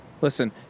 Listen